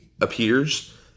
appears